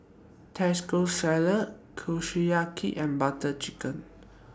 Taco Salad Kushiyaki and Butter Chicken